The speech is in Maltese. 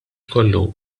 kollu